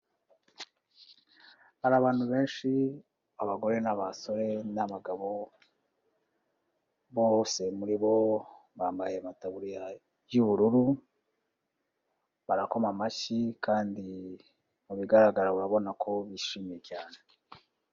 Hari abantu benshi, abagore n'abasore n'abagabo, bose muri bo bambaye amataburiya y'ubururu, barakoma amashyi kandi mu bigaragara urabona ko bishimye cyane.